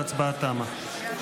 ההצבעה תמה.